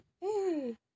Hey